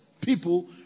people